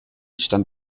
stand